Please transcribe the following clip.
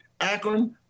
Akron